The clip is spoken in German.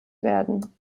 werden